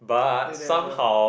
they never